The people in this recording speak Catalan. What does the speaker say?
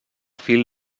fil